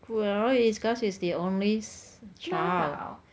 well it's because he's the only s~ child